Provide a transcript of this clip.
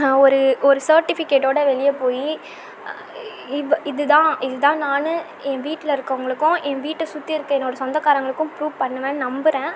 நான் ஒரு ஒரு செர்டிஃபிகேட்டோடு வெளியே போய் இது தான் இது தான் நான் என் வீட்டில் இருக்கிறவங்களுக்கும் என் வீட்டை சுத்தியிருக்குற என்னோடய சொந்தக்காரங்களுக்கும் ப்ரூவ் பண்ணுவேன்னு நம்புகிறேன்